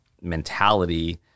mentality